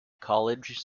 college